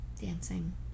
Dancing